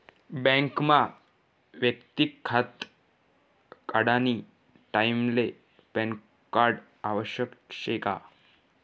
बँकमा वैयक्तिक खातं काढानी टाईमले पॅनकार्ड आवश्यक शे का?